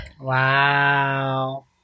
Wow